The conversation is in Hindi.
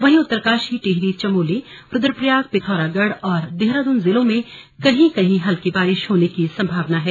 वहीं उत्तरकाशी टिहरी चमोली रुद्रप्रयाग पिथौरागढ़ और देहरादून जिलों में कहीं कहीं हल्की बारिश होने की संभावना है